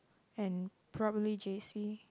and probably J_C